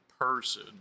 person